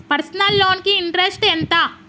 Personal loan కి interest ఎంత?